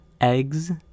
eggs